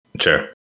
Sure